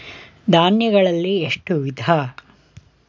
ಧಾನ್ಯಗಳಲ್ಲಿ ಎಷ್ಟು ವಿಧ?